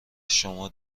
شما